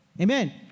Amen